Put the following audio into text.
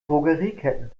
drogerieketten